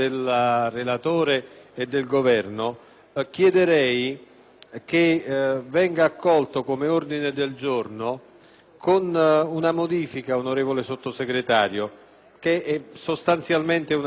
chiedere che fosse accolto come ordine del giorno, con una modifica, onorevole Sottosegretario, che sostanzialmente è una raccomandazione: quella per cui il Ministero competente